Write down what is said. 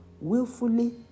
willfully